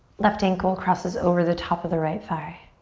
left ankle crosses over the top of the right thigh.